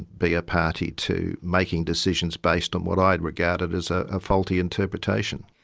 be a party to making decisions based on what i'd regarded as a faulty interpretation.